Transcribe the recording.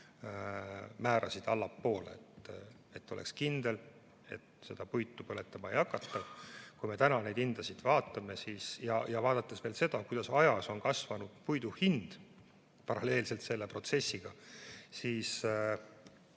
määrasid allapoole – et oleks kindel, et head puitu põletama ei hakata. Kui me täna neid hindasid vaatame ja vaatame ka seda, kuidas ajas on puidu hind tõusnud paralleelselt selle protsessiga, siis